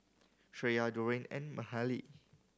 Shreya Dorian and Mahalie